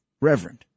Reverend